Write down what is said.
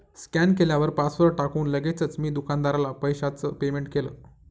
scan केल्यावर password टाकून लगेचच मी दुकानदाराला पैशाचं पेमेंट केलं